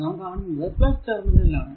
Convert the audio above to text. നാം കാണുന്നത് ടെർമിനൽ ആണ്